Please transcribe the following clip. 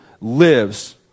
lives